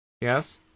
Yes